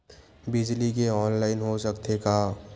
बिजली के ऑनलाइन हो सकथे का?